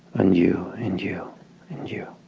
and you, and you, and you,